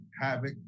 Havoc